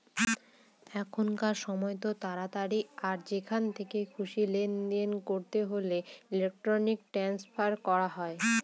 এখনকার সময়তো তাড়াতাড়ি আর যেখান থেকে খুশি লেনদেন করতে হলে ইলেক্ট্রনিক ট্রান্সফার করা হয়